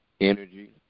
energy